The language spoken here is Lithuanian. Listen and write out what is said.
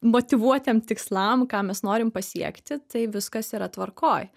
motyvuotiem tikslam ką mes norim pasiekti tai viskas yra tvarkoj